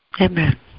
Amen